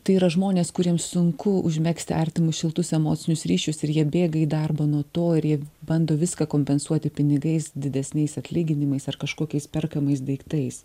tai yra žmonės kuriems sunku užmegzti artimus šiltus emocinius ryšius ir jie bėga į darbą nuo to ir jie bando viską kompensuoti pinigais didesniais atlyginimais ar kažkokiais perkamais daiktais